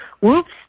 whoops